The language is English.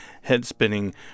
head-spinning